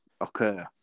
Occur